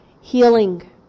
Healing